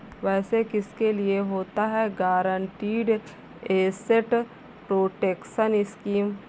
वैसे किसके लिए होता है गारंटीड एसेट प्रोटेक्शन स्कीम?